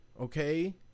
Okay